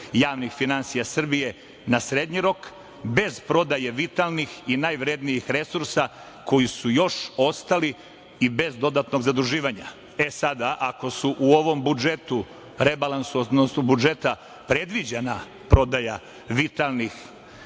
javnih finansija Srbije na srednji rok bez prodaje vitalnih i najvrednijih resursa koji su još ostali i bez dodatnog zaduživanja. Sada, ako su ovom budžetu, rebalansom budžeta predviđena prodaja vitalnih resursa